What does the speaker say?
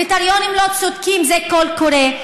קריטריונים לא צודקים זה קול קורא,